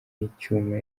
icyuma